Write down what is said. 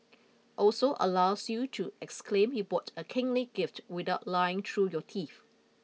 also allows you to exclaim you bought a kingly gift without lying through your teeth